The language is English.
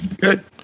Good